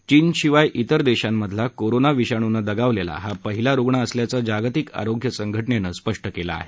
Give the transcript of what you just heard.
चीनशिवाय इतर देशांमधला कोरोना विषाणुनं दगावलेला हा पहिला रुग्ण असल्याचं जागतिक आरोग्य संघटनेनं स्पष्ट केलं आहे